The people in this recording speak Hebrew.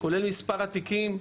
כולל מספר התיקים.